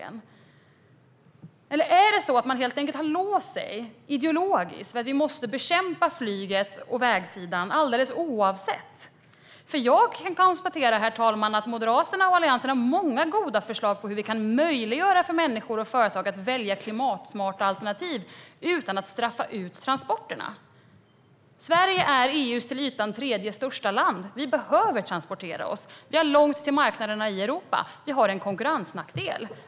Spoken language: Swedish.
Eller är det så att man helt enkelt har låst sig ideologiskt vid att vi måste bekämpa flyget och vägsidan? Jag kan konstatera, herr talman, att Moderaterna och Alliansen har många goda förslag på hur vi kan möjliggöra för människor och företag att välja klimatsmarta alternativ utan att straffa ut transporterna. Sverige är EU:s till ytan tredje största land. Vi behöver transportera oss. Vi har långt till marknaderna i Europa. Vi har därmed en konkurrensnackdel.